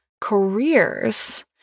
careers